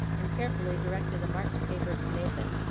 and carefully directed a marked paper to nathan,